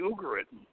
Ugarit